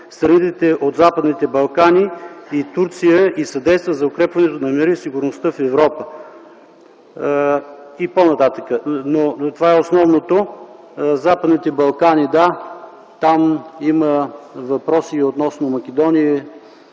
страните от Западните Балкани и Турция и съдейства за укрепването на мира и сигурността в Европа” и по-нататък. Това е основното. Западните Балкани, да, там има въпроси и относно Македония,